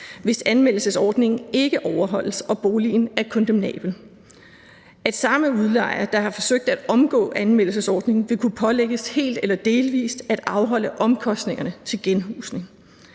hvis anmeldelsesordningen ikke overholdes og boligen er kondemnabel. Samme udlejer, der har forsøgt at omgå anmeldelsesordningen, vil kunne pålægges helt eller delvis at afholde omkostningerne til genhusning.